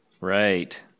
Right